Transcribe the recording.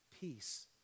peace